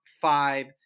five